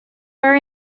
are